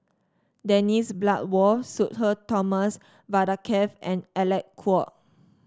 Dennis Bloodworth Sudhir Thomas Vadaketh and Alec Kuok